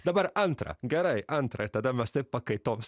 dabar antrą gerai antrą ir tada mes taip pakaitoms